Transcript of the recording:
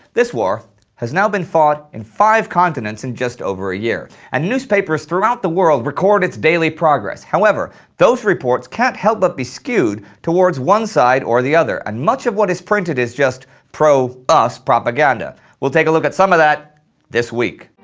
this war has now been fought in five continents in just over a year, and newspapers throughout the world record its daily progress. however, those reports can't help but be skewed toward one side or the other, and much of what is printed is just pro us propaganda, and we'll take a look at some of that this week.